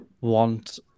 want